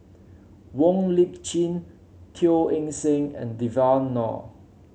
Wong Lip Chin Teo Eng Seng and Devan Nair